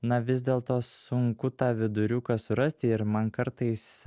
na vis dėlto sunku tą viduriuką surasti ir man kartais